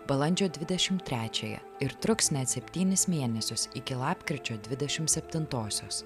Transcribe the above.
balandžio dvidešim trečiąją ir truks net septynis mėnesius iki lapkričio dvidešim septintosios